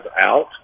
out